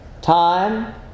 Time